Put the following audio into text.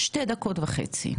שתי דקות וחצי לרשותך.